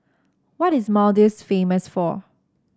what is Maldives famous for